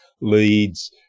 leads